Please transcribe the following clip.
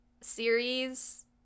series